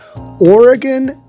Oregon